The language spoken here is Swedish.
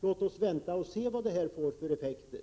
Låt oss se vad det som nu föreslås får för effekter.